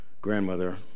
grandmother